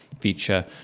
feature